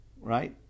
right